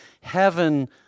heaven